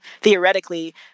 theoretically